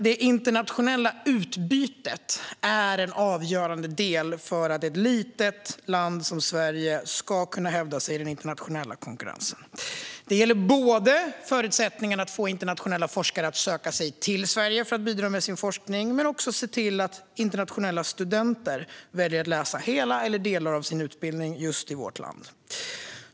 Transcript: Det internationella utbytet är dock en avgörande del för att ett litet land som Sverige ska kunna hävda sig i den internationella konkurrensen. Det gäller såväl förutsättningarna för att få internationella forskare att söka sig till Sverige och bidra med sin forskning som att se till att internationella studenter väljer att läsa hela eller delar av sin utbildning i just vårt land.